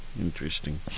Interesting